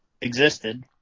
existed